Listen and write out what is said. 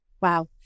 Wow